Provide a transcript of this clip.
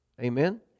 amen